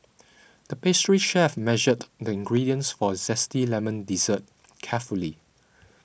the pastry chef measured the ingredients for Zesty Lemon Dessert carefully